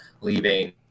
leaving